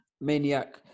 Maniac